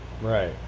Right